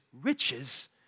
riches